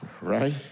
Right